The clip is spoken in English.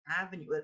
avenue